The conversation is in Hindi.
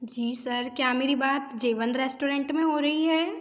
जी सर क्या मेरी बात जीवन रेस्टोरेंट में हो रही है